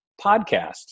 podcast